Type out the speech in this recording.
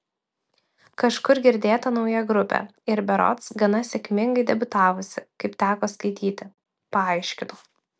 kažkur girdėta nauja grupė ir berods gana sėkmingai debiutavusi kaip teko skaityti paaiškino